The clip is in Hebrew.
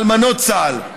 אלמנות צה"ל.